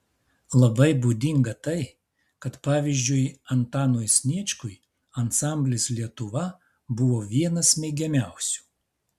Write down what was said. labai būdinga tai kad pavyzdžiui antanui sniečkui ansamblis lietuva buvo vienas mėgiamiausių